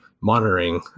monitoring